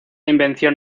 invención